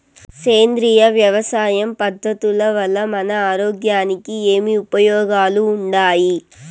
సేంద్రియ వ్యవసాయం పద్ధతుల వల్ల మన ఆరోగ్యానికి ఏమి ఉపయోగాలు వుండాయి?